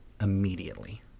immediately